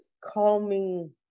calming